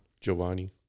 Giovanni